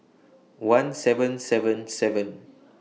one seven seven seven